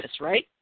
right